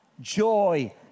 joy